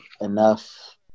enough